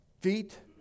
feet